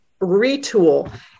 retool